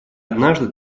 однажды